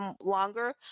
longer